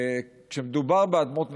וכשמדובר באדמות מדינה,